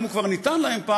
אם הוא כבר ניתן פעם,